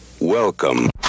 welcome